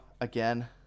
again